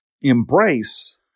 embrace